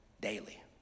daily